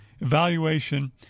evaluation